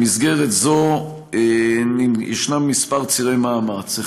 במסגרת זו ישנם כמה צירי מאמץ: